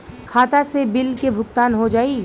खाता से बिल के भुगतान हो जाई?